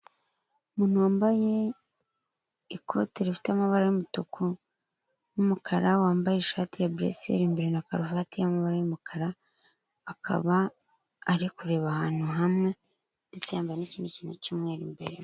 Umuntu wambaye ikote rifite amabara y'umutuku n'umukara, wambaye ishati ya buresiyeri imbere na karuvati y'amabara y'umukara, akaba ari kureba ahantu hamwe ndetse yambaye n'ikindi kintu cy'umweru imbere.